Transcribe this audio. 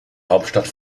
hauptstadt